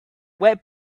were